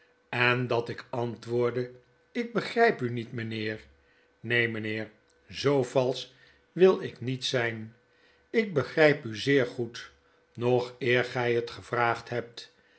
en dat ik antwoordde lk begrijp u niet mijnheer neen mgnheer zoo valsch wil ik niet zijn ik begrgp u zeer goed nog eer gij het gevraagd hebt